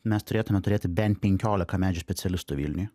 mes turėtume turėti bent penkiolika medžių specialistų vilniuje